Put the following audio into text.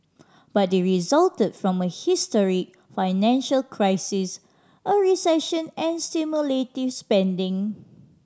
but they resulted from a historic financial crisis a recession and stimulative spending